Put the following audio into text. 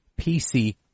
PC